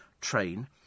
train